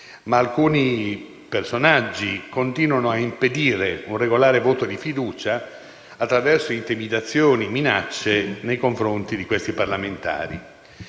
ma alcuni personaggi continuano a impedire un regolare voto di fiducia attraverso intimidazioni e minacce nei confronti di questi parlamentari.